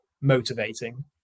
motivating